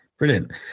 Brilliant